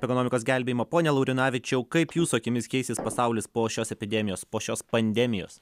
ekonomikos gelbėjimą pone laurinavičiau kaip jūsų akimis keisis pasaulis po šios epidemijos po šios pandemijos